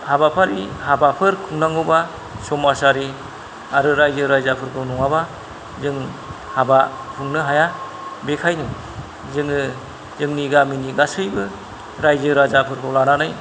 हाबाफारि हाबाफोर खुंनांगौबा समाजारि आरो रायजो राजाफोरखौ नङाबा जों हाबा खुंनो हाया बेखायनो जोङो जोंनि गामिनि गासैबो रायजो राजाफोरखौ लानानै